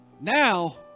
Now